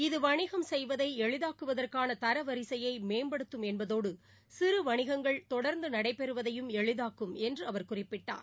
இது வணிகம் செய்வதைஎளிதாக்குவதற்கானதரவரிசையைமேம்படுத்தும் என்பதோடுசிறுவணிகங்கள் தொடர்ந்துநடைபெறுவதையும் எளிதாக்கும் என்றுஅவர் குறிப்பிட்டார்